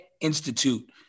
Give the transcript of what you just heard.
institute